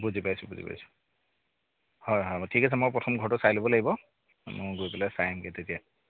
বুজি পাইছোঁ বুজি পাইছোঁ হয় হয় ঠিক আছে মই প্ৰথম ঘৰটো চাই ল'ব লাগিব মই গৈ পেলাই চাই আহিমগৈ তেতিয়া